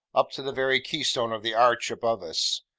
up to the very keystone of the arch above us.